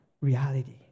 reality